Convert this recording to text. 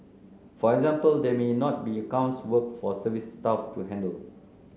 for example there may not be accounts work for service staff to handle